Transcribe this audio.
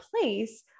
place